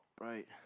Right